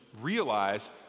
realize